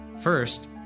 First